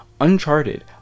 uncharted